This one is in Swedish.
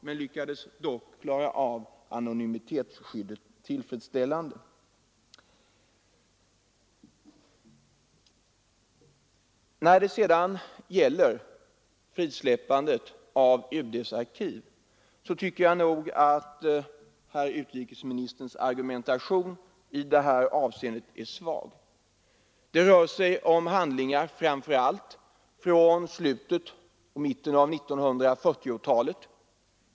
Man lyckades då tillfredsställande klara anonymitetsskyddet. När det sedan gäller frisläppandet av UD:s arkiv tycker jag att herr utrikesministerns argumentation är svag. Det rör sig bl.a. om handlingar från framför allt mitten och slutet av 1940-talet.